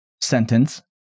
sentence